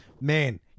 man